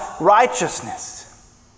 righteousness